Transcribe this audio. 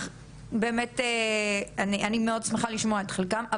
ובאמת אני מאוד שמחה לשמוע את חלקן.